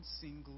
single